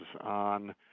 on